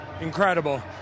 incredible